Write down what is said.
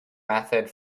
method